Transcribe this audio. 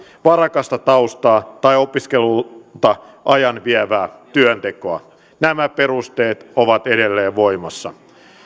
varakasta taustaa tai opiskeluilta ajan vievää työntekoa nämä perusteet ovat edelleen voimassa